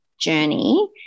journey